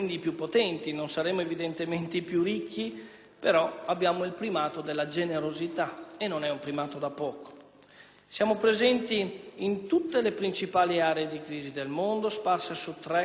Siamo presenti in tutte le principali aree di crisi del mondo, sparse su tre continenti, l'Asia, l'Africa e l'Europa. Sono 19 le missioni condotte in 22 Paesi.